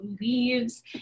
leaves